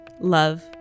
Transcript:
love